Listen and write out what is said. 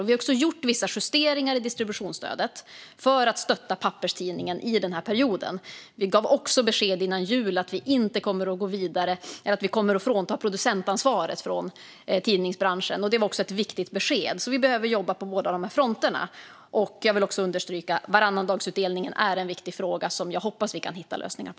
Vi har gjort vissa justeringar i distributionsstödet för att stötta papperstidningen i den här perioden. Vi gav också besked innan jul att vi kommer att ta bort producentansvaret från tidningsbranschen. Det var ett viktigt besked. Vi behöver jobba på båda fronterna. Jag vill understryka att varannandagsutdelningen är en viktig fråga som jag hoppas att vi kan hitta lösningar på.